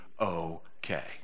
okay